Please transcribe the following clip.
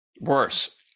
worse